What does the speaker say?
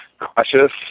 cautious